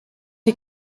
die